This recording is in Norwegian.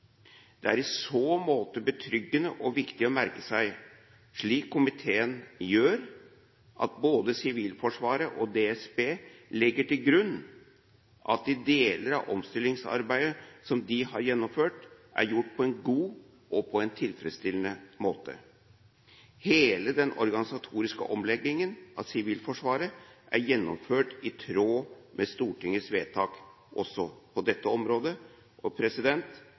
Det er i så måte betryggende og viktig å merke seg, slik komiteen gjør, at både Sivilforsvaret og DSB legger til grunn at de deler av omstillingsarbeidet som de har gjennomført, er gjort på en god og tilfredsstillende måte. Hele den organisatoriske omleggingen av Sivilforsvaret er gjennomført i tråd med Stortingets vedtak også på dette området. Høringen og